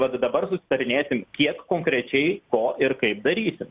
vat dabar susitarinėsim kiek konkrečiai ko ir kaip darysim